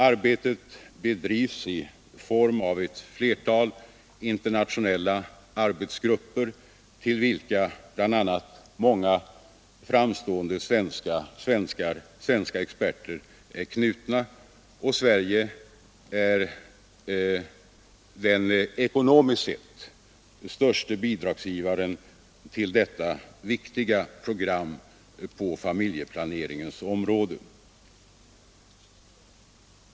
Arbetet bedrivs i form av ett flertal internationella arbetsgrupper, till vilka bl.a. många framstående svenska experter är knutna. Sverige är också den ekonomiskt sett störste bidragsgivaren till detta viktiga program på familjeplaneringens område.